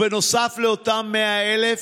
בנוסף לאותם 100,000,